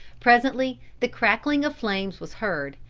presently the crackling of flames was heard,